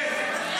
איך?